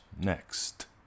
Next